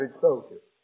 soldiers